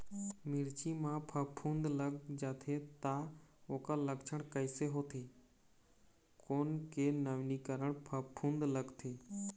मिर्ची मा फफूंद लग जाथे ता ओकर लक्षण कैसे होथे, कोन के नवीनीकरण फफूंद लगथे?